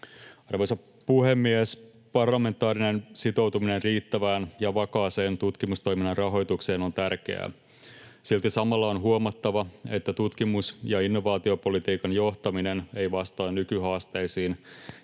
Arvoisa puhemies! Parlamentaarinen sitoutuminen riittävään ja vakaaseen tutkimustoiminnan rahoitukseen on tärkeää. Silti samalla on huomattava, että tutkimus- ja innovaatiopolitiikan johtaminen ei vastaa nykyhaasteisiin,